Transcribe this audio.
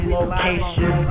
location